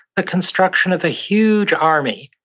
a construction of a huge army.